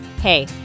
Hey